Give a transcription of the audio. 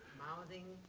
mouthing.